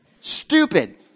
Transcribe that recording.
Stupid